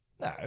No